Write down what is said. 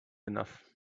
enough